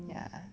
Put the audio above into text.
ya